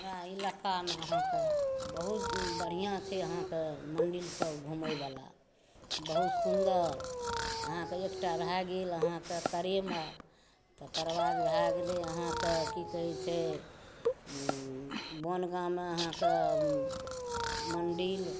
हमरा इलाकामे अहाँकेॅं बहुत बढ़िॅऑं छै अहाँकेॅं मंडिल सब घुमै वाला बहुत सुन्दर अहाँकेॅं एकटा भए गेल अहाँकेॅं तारे माइ तकर बाद भए गेलै अहाँकेॅं की कहै छै बनगाममे अहाँकेॅं मंडिल